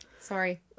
Sorry